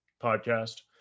podcast